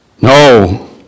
No